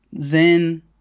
Zen